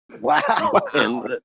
Wow